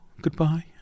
goodbye